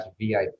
VIP